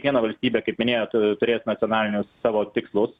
kiekviena valstybė kaip minėjot turės nacionalinius savo tikslus